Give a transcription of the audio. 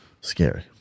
scary